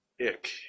Ick